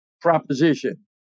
proposition